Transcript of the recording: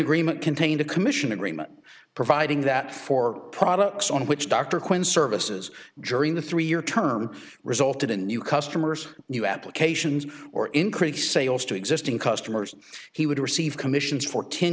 agreement contained a commission agreement providing that for products on which dr quinn services during the three year term resulted in new customers new applications or increased sales to existing customers he would receive commissions for ten